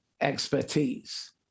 expertise